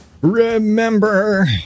remember